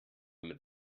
mit